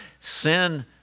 sin